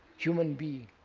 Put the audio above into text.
human being?